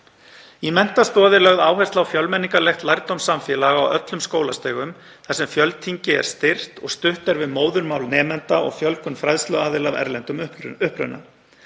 Í menntastoð er lögð áhersla á fjölmenningarlegt lærdómssamfélag á öllum skólastigum þar sem fjöltyngi er styrkt og stutt er við móðurmál nemenda og fjölgun fræðsluaðila af erlendum uppruna.